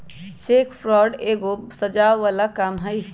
cheque fraud एगो सजाओ बला काम हई